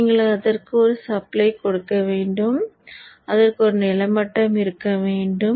நீங்கள் அதற்கு ஒரு சப்ளை கொடுக்க வேண்டும் அதற்கு ஒரு நிலமட்டம் இருக்க வேண்டும்